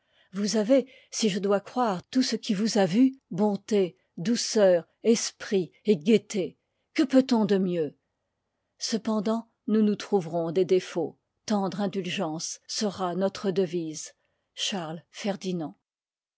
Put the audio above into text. vous avez si je dois croire tout ce qui vous a vue bonté douceur esprit et gaîté que peut-on de mieux cependant nous nous trouverons des défauts tendre indulgence sera notre devise